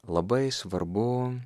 labai svarbu